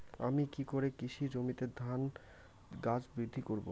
আমি কী করে কৃষি জমিতে ধান গাছ বৃদ্ধি করব?